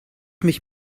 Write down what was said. mich